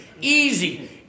easy